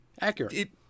Accurate